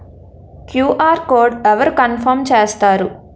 QR code అవరు confirm చేస్తారు?